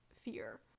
fear